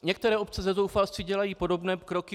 Některé obce ze zoufalství dělají podobné kroky.